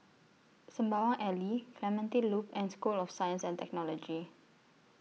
Sembawang Alley Clementi Loop and School of Science and Technology